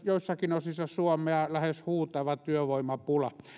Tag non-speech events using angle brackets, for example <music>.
<unintelligible> joissakin osissa suomea lähes huutava työvoimapula